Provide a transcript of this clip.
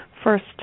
first